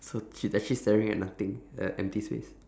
so she's actually staring at nothing a empty space